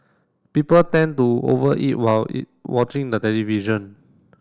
people tend to over eat while watching the television